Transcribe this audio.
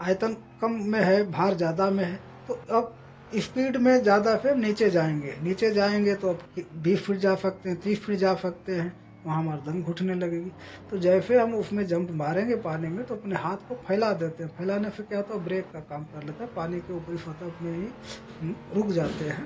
आयतन कम में है भार ज़्यादा में है तो अब इस्पीड में ज़्यादा से नीचे जाएंगे नीचे जाएंगे तो अब के बीस फिट जा सकते हैं तीस फिट जा सकते हैं वहाँ मार दम घुटने लगेगी तो जैसे हम उसमें जंप मारेंगे पानी में तो अपने हाथ को फैला देते हैं फैलाने से क्या होता है वो ब्रेक का काम कर लेता है पानी के ऊपरी सतह में ही हम रुक जाते हैं